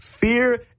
Fear